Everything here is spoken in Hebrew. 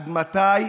עד מתי